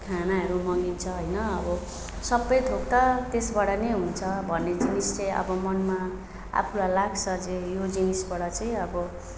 खानाहरू मगाइन्छ होइन अब सबै थोक त त्यसबाट नै हुन्छ भन्ने जिनिस चाहिँ अब मनमा आफूलाई लाग्छ जे यो जिनिसबाट चाहिँ अब